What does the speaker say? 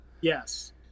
Yes